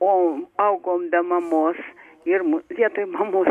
o augom be mamos ir vietoj mamos